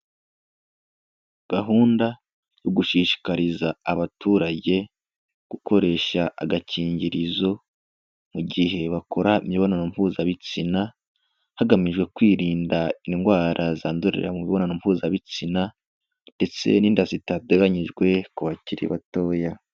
Gahunda yo gushishikariza abaturage gukoresha agakingirizo mu gihe bakora imibonano mpuzabitsina, hagamijwe kwirinda indwara zandurira mu mibonano mpuzabitsina ndetse n'inda zitateganyijwe ku bakiri batoya.